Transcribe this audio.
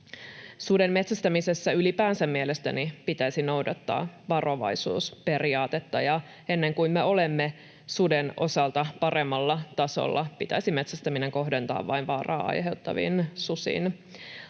Suden metsästämisessä ylipäänsä mielestäni pitäisi noudattaa varovaisuusperiaatetta, ja ennen kuin me olemme suden osalta paremmalla tasolla, pitäisi metsästäminen kohdentaa vain vaaraa aiheuttaviin susiin.